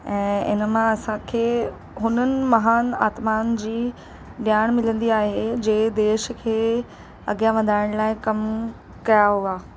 ऐं इनमां असांखे हुननि महान आत्माउनि जी ॼाण मिलंदी आहे जंहिं देश खे अॻियां वधाइण लाइ कम कया हुआ